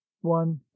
one